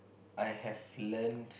I have learnt